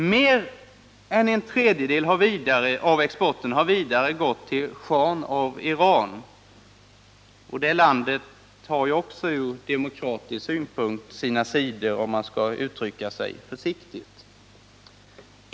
Mer än en tredjedel av exporten har vidare gått till schahen av Iran. Och det landet har ju också ur demokratisk synpunkt sina sidor, om man skall uttrycka sig försiktigt.